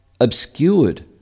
obscured